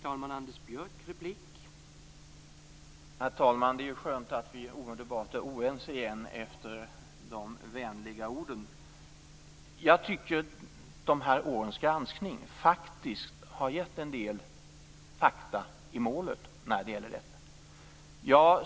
Herr talman! Det är ju skönt att vi omedelbart är oense igen efter de vänliga orden. Jag tycker att de här årens granskning faktiskt har gett en del fakta i målet när det gäller detta.